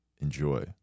Enjoy